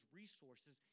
resources